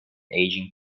aging